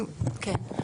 כן,